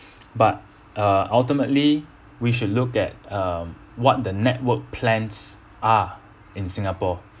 but uh ultimately we should look at um what the network plans are in singapore